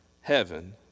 heaven